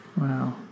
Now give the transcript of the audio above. Wow